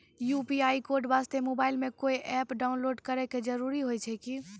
UPI code वास्ते mobile मे कोय एप्प डाउनलोड करे के जरूरी होय छै की?